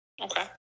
okay